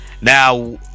now